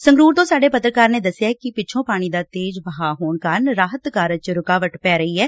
ਸੰਗਰੂਰ ਤੋਂ ਸਾਡੇ ਪੱਤਰਕਾਰ ਨੇ ਦਸਿਐ ਕਿ ਪਿਛੋਂ ਪਾਣੀ ਦਾ ਤੇਜ਼ ਵਹਾਅ ਹੋਣ ਕਾਰਨ ਰਾਹਤ ਕਾਰਜ ਚ ਰੁਕਾਵਟ ਆ ਰਹੀ ਐ